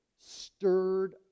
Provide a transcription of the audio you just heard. stirred